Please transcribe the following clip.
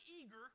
eager